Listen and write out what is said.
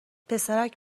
پسرک